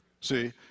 See